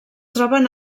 troben